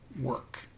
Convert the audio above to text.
work